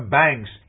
banks